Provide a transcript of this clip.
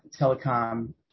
telecom